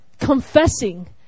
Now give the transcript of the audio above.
confessing